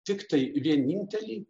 tiktai vienintelį